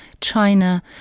China